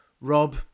Rob